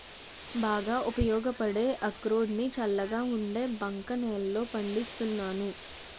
బాగా ఉపయోగపడే అక్రోడ్ ని చల్లగా ఉండే బంక నేలల్లో పండిస్తున్నాను